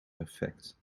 perfect